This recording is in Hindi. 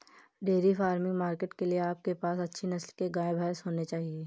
डेयरी फार्मिंग मार्केट के लिए आपके पास अच्छी नस्ल के गाय, भैंस होने चाहिए